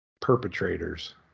perpetrators